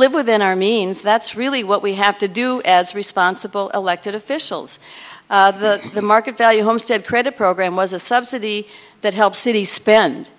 live within our means that's really what we have to do as responsible elected officials the market value homestead credit program was a subsidy that helps cities spend